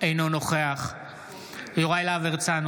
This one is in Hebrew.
אינו נוכח יוראי להב הרצנו,